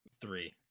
Three